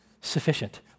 sufficient